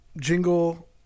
jingle